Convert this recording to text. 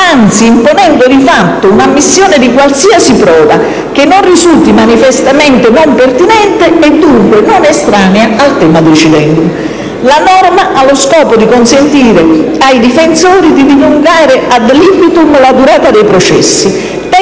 anzi imponendo di fatto una ammissione di qualsiasi prova che non risulti manifestamente non pertinente, e dunque non estranea al *thema* *decidendum*. La norma ha lo scopo di consentire ai difensori di dilungare *ad libitum* la durata dei processi